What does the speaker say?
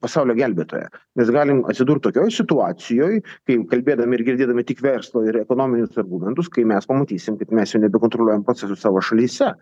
pasaulio gelbėtoja mes galim atsidurt tokioj situacijoj kai kalbėdami ir girdėdami tik verslo ir ekonominius argumentus kai mes pamatysim kad mes jau nebekontroliuojam procesų savo šalyse